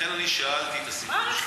לכן אני שאלתי, מה רכילות?